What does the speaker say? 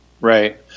Right